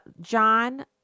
John